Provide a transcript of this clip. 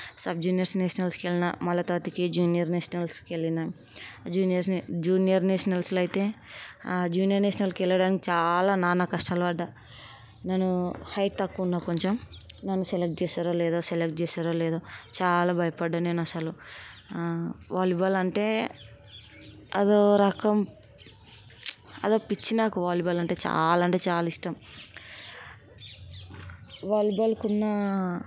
sub juniors నేషనల్స్కి వెళ్ళినా మళ్ళీ తర్వాత మళ్ళీ జూనియర్ నేషనల్స్కి వెళ్ళినా జూనియర్ జూనియర్ నేషనల్స్లో అయితే జూనియర్ నేషనల్స్కి వెళ్ళడానికి చాలా నానా కష్టాలు పడ్డాను నేను హైట్ తక్కువ ఉన్న కొంచెం నన్ను సెలెక్ట్ చేస్తారో లేదో సెలెక్ట్ చేస్తారో లేదో చాలా భయపడ్డాను నేను అసలు వాలీబాల్ అంటే అదోరకం అది ఒక పిచ్చి నాకు వాలిబాల్ అంటే చాలా అంటే చాలా ఇష్టం వాలీబాల్కి ఉన్న